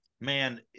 man